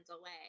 away